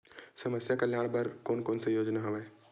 समस्या कल्याण बर कोन कोन से योजना हवय?